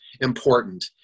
important